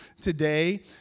today